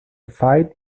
fight